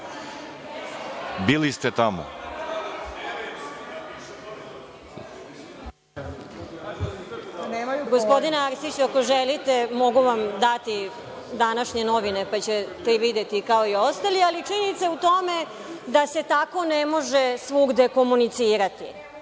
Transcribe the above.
Bili ste tamo?